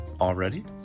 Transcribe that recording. already